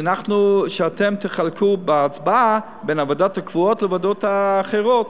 שאתם תחלקו בהצבעה בין הוועדות הקבועות לוועדות האחרות,